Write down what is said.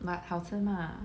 but 好吃 mah